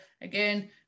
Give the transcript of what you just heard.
Again